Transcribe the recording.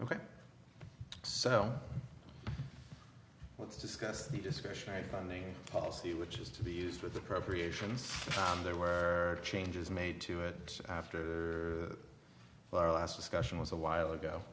ok so let's discuss the discretionary funding policy which is to be used with appropriations and there were changes made to it after our last discussion was a while ago